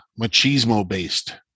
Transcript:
machismo-based